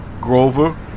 Grover